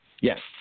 Yes